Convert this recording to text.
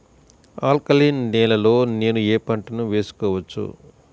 Alkaline నేలలో నేనూ ఏ పంటను వేసుకోవచ్చు?